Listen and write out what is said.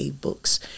books